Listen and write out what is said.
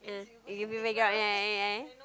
ah yeah yeah yeah yeah yeah